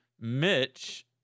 Mitch